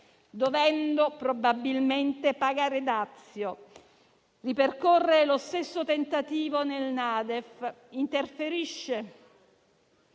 dovendo probabilmente pagare dazio, e ripercorre lo stesso tentativo nella NADEF: interferisce